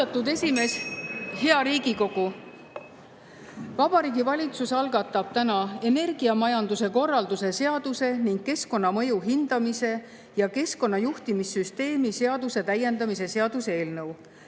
Vabariigi Valitsus algatab täna energiamajanduse korralduse seaduse ning keskkonnamõju hindamise ja keskkonnajuhtimissüsteemi seaduse täiendamise seaduse eelnõu.